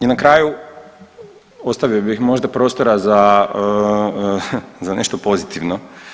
I na kraju ostavio bih možda prostora za, za nešto pozitivno.